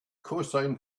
cosine